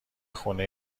خونه